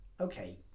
okay